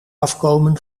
afkomen